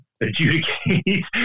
adjudicate